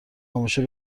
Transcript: همیشه